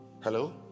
Hello